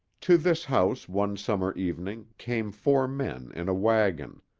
to this house, one summer evening, came four men in a wagon.